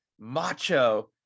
macho